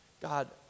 God